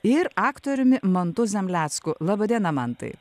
ir aktoriumi mantu zemlecku laba diena mantai